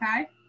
okay